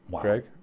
Greg